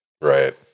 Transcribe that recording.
Right